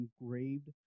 engraved